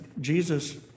Jesus